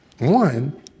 one